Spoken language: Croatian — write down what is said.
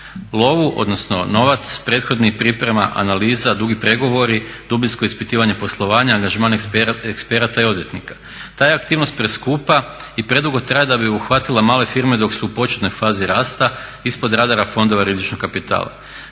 Lovu odnosno novac prethodnih priprema analiza, dugi pregovori, dubinsko ispitivanje poslovanja, angažman eksperata i odvjetnika. Ta je aktivnost preskupa i predugo traje da bi uhvatila male firme dok su u početnoj fazi rasta ispod radara fondova rizičnog kapitala.